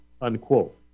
unquote